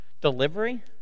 delivery